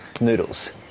noodles